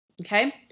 Okay